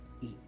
eat